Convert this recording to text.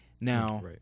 Now